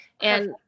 and-